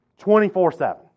24-7